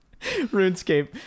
RuneScape